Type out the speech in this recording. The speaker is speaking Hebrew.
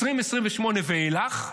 2028 ואילך,